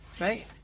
Right